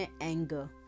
anger